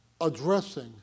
addressing